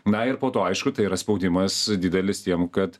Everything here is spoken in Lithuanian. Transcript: na ir po to aišku tai yra spaudimas didelis tiem kad